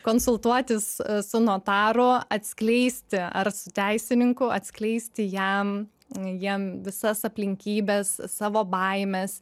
konsultuotis su notaru atskleisti ar teisininku atskleisti jam jiem visas aplinkybes savo baimes